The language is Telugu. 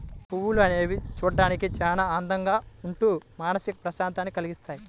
పువ్వులు అనేవి చూడడానికి చాలా అందంగా ఉంటూ మానసిక ప్రశాంతతని కల్గిస్తాయి